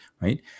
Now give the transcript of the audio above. right